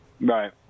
Right